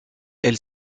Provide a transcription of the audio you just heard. elle